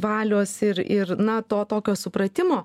valios ir ir na to tokio supratimo